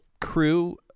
crew